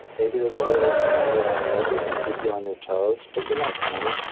maybe there's a little anxiety around the edges to keep you on your toes but you're not panicked.